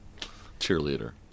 cheerleader